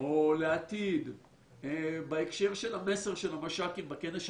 או לעתיד בהקשר של המסר של המש"קים בכנס,